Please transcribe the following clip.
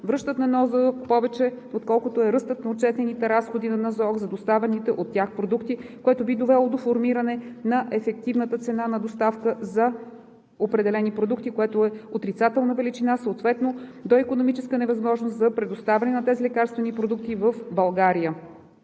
връщат на НЗОК повече, отколкото е ръстът на отчетените разходи на НЗОК за доставяните от тях продукти, което би довело до формиране на ефективната цена на доставка за определени продукти, която е отрицателна величина, съответно до икономическа невъзможност за предоставяне на тези лекарствени продукти в България.